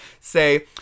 say